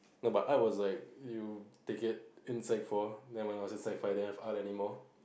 no but I was like you take it in sec four then when I was in sec five then didn't have art anymore